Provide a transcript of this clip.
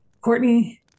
Courtney